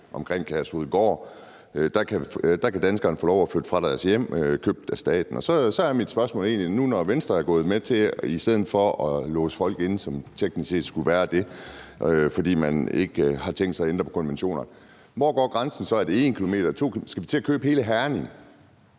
omkring Kærshovedgård. Så kan danskerne få lov til at flytte fra deres hjem, som er blevet købt af staten. Så er mit spørgsmål: Nu, når Venstre er gået med til, at man i stedet for at låse folk inde, som teknisk set skulle være det, fordi man ikke har tænkt sig at ændre på konventionerne, hvor går grænsen så? Er det er 1 eller 2 km? Skal vi til at købe hele Herning?